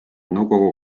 nõukogu